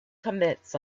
commits